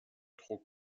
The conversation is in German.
druck